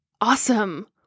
awesome